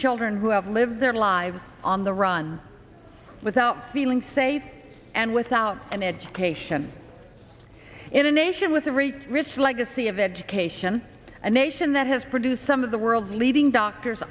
children who have lived their lives on the run without feeling safe and without an education in a nation with every rich legacy of education a nation that has produced some of the world's leading doctors